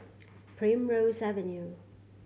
Primrose Avenue